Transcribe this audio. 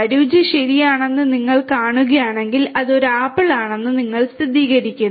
രുചി ശരിയാണെന്ന് നിങ്ങൾ കാണുകയാണെങ്കിൽ അത് ഒരു ആപ്പിൾ ആണെന്ന് നിങ്ങൾ സ്ഥിരീകരിക്കുന്നു